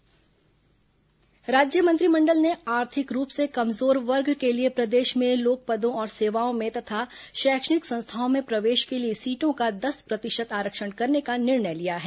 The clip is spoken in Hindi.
मंत्रिपरिषद निर्णय राज्य मंत्रिमंडल ने आर्थिक रूप से कमजोर वर्ग के लिए प्रदेश में लोक पदों और सेवाओं में तथा शैक्षणिक संस्थाओं में प्रवेश के लिए सीटों का दस प्रतिशत आरक्षण करने का निर्णय लिया है